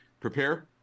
prepare